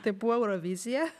tai buvo eurovizija